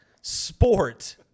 sport